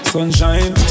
Sunshine